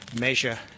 measure